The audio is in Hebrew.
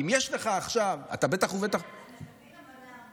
אם יש לך עכשיו, אתה בטח ובטח, אבל אתה מבין למה,